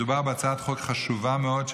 מדובר בהצעת חוק חשובה מאוד,